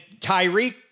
Tyreek